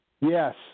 Yes